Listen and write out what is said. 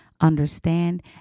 understand